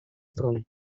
stron